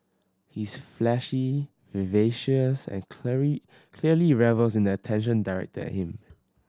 he is flashy vivacious and clearly clearly revels in the attention directed at him